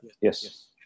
Yes